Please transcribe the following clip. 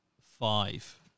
five